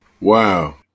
Wow